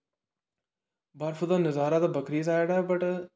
बर्फ दा नजारा दा बखरी साइड ऐ बट